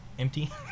empty